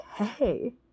Okay